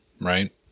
Right